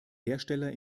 hersteller